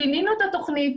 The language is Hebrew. שינינו את התוכנית,